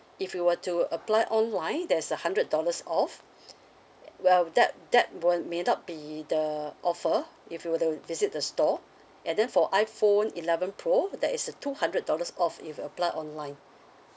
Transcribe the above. if you were to apply online there's a hundred dollars off well that that one may not be the offer if you were to visit the store and then for iPhone eleven pro there is a two hundred dollars off if you apply online